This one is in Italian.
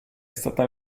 stata